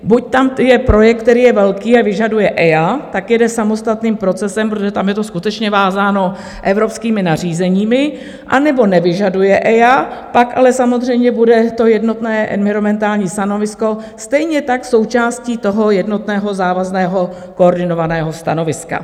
Buď tam je projekt, který je velký a vyžaduje EIA, tak jede samostatným procesem, protože tam je to skutečně vázáno evropskými nařízeními, anebo nevyžaduje EIA, pak ale samozřejmě bude jednotné environmentální stanovisko stejně tak součástí jednotného závazného koordinovaného stanoviska.